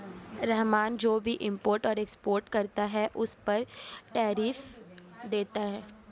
रहमान जो भी इम्पोर्ट और एक्सपोर्ट करता है उस पर टैरिफ देता है